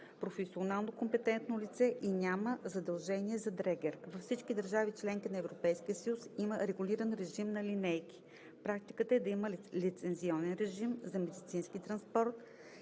професионално компетентно лице и няма задължение за дрегер. Във всички държави – членки на ЕС, има регулаторен режим за линейки. Практиката е да има лицензионен режим за медицински транспорт,